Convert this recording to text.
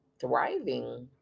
Thriving